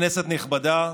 כנסת נכבדה,